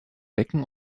becken